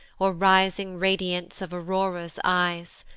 or rising radiance of aurora's eyes,